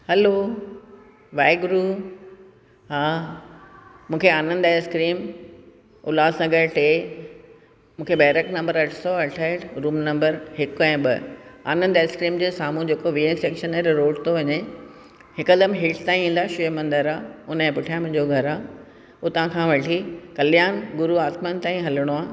hello Waheguru हा मूंखे Anand ice cream Ulhasnagar टे मूंखे बैरक नंबर अठ सौ अठहठि रूम नंबर हिकु ऐं ॿ आनंद आइस्क्रीम जे साम्हूं जेको वेयर सैक्शन वारो रोड थो वञे हिकदमि हेठि ताईं ईंदा शिव मंदर आहे उनजे पुठियां मुंहिंजो घरु आहे उतां खां वठी कल्याण गुरु आसमान ताईं हलणो आहे